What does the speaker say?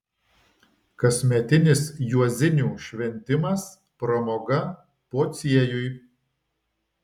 kasmetinis juozinių šventimas pramoga pociejui